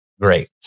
Great